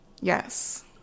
yes